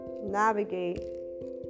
navigate